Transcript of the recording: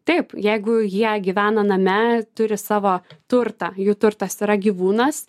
taip jeigu jie gyvena name turi savo turtą jų turtas yra gyvūnas